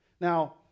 Now